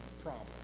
problem